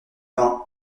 vingt